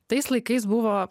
tais laikais buvo